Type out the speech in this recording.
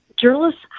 Journalists